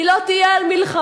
היא לא תהיה על מלחמה,